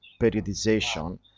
periodization